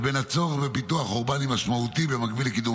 לבין הצורך בפיתוח אורבני משמעותי במקביל לקידום